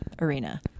arena